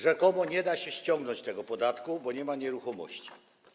Rzekomo nie da się ściągnąć tego podatku, bo nie ma nieruchomości.